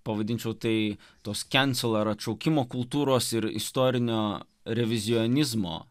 pavadinčiau tai tos kensel ar atšaukimo kultūros ir istorinio revizionizmo